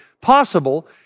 possible